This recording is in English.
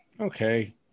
Okay